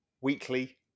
weekly